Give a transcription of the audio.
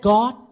God